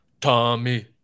Tommy